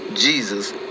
Jesus